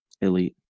Elite